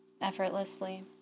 effortlessly